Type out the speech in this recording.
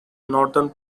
northern